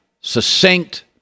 succinct